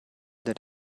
that